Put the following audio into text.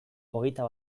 hogeita